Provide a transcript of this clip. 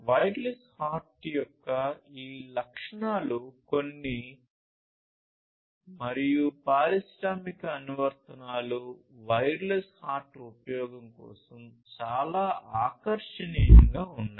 wireless HART యొక్క ఈ లక్షణాలు కొన్ని మరియు పారిశ్రామిక అనువర్తనాలు వైర్లెస్ HART ఉపయోగం కోసం చాలా ఆకర్షణీయంగా ఉన్నాయి